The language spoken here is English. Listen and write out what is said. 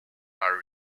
are